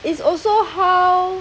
it's also how